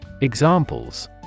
Examples